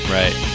right